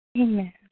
Amen